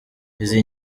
izi